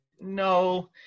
no